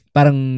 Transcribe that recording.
Parang